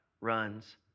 runs